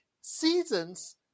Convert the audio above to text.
seasons